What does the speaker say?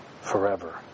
forever